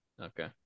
Okay